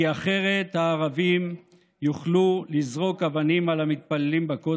כי אחרת הערבים יוכלו לזרוק אבנים על המתפללים בכותל.